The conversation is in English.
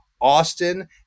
Austin